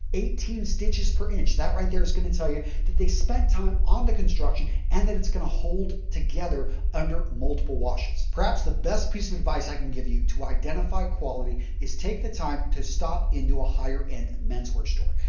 eighteen stitches per inch. that right there is going to tell you that they spent time on the construction and that it's going to hold together under multiple washes. perhaps the best piece of advice i can give you to identify quality is take the time to stop into a higher end menswear store.